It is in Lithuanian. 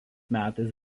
metais